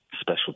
special